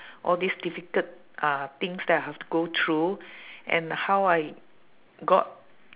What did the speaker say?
all this difficult uh things that I have to go through and how I got